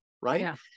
right